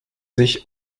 sich